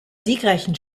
siegreichen